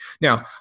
Now